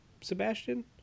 Sebastian